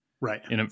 Right